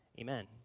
amen